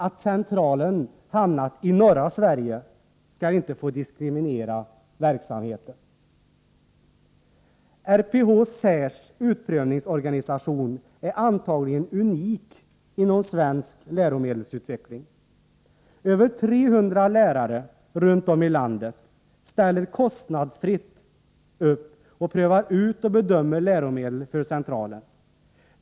Att centralen hamnat i norra Sverige skall inte få diskriminera Nr 110 verksamheten. Onsdagen den RPH-SAR:s utprövningsorganisation är antagligen unik inom svensk 28 mars 1984 läromedelsutveckling. Över 300 lärare runt om i landet ställer kostnadsfritt upp och prövar ut och bedömer läromedel för centralen.